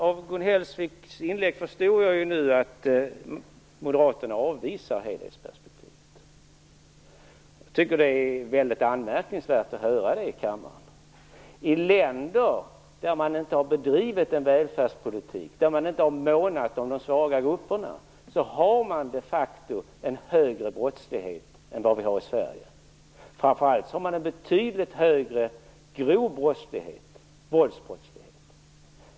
Av Gun Hellsviks inlägg förstår jag nu att Moderaterna avvisar helhetsperspektivet. Det är anmärkningsvärt att här i kammaren höra det. I länder där man inte har bedrivit välfärdspolitik, där man inte har månat om de svaga grupperna, är brottsligheten de facto högre än vad som gäller i Sverige. Framför allt är den grova våldbrottsligheten betydligt högre.